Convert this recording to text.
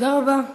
תודה רבה.